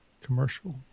commercial